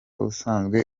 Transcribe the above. usanzwe